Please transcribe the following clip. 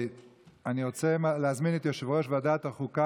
אני רוצה להזמין את יושב-ראש ועדת החוקה,